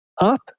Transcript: up